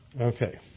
Okay